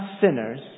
sinners